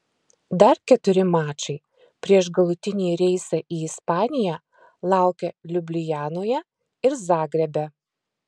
dar keturi mačai prieš galutinį reisą į ispaniją laukia liublianoje ir zagrebe